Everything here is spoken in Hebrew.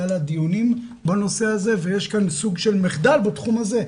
היו להם דיונים בנושא הזה ויש כאן סוג של מחדל בתחום הזה,